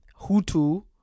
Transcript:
Hutu